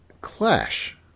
Clash